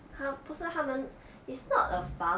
他不是他们 it's not a farm